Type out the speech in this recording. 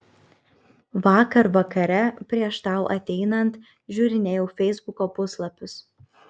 vakar vakare prieš tau ateinant žiūrinėjau feisbuko puslapius